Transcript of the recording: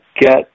get